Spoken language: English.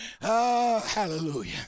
hallelujah